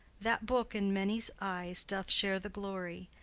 that book in many's eyes doth share the glory,